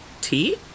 tea